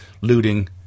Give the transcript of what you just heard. looting